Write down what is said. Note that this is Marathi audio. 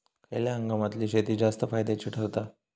खयल्या हंगामातली शेती जास्त फायद्याची ठरता?